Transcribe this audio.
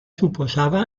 suposava